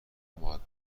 مودبانه